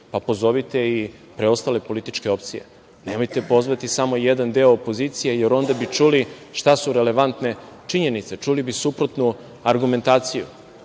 pa pozovite i preostale političke opcije. Nemojte pozvati samo jedan deo opozicije. Jer, onda bi čuli šta su relevantne činjenice, čuli bi suprotnu argumentaciju.